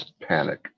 panic